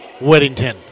Weddington